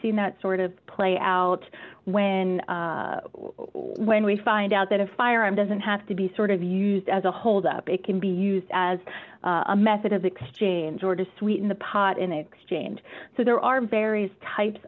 seen that sort of play out when when we find out that a firearm doesn't have to be sort of used as a hold up it can be used as a method of exchange or to sweeten the pot in exchange so there are various types